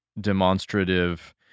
demonstrative